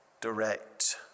direct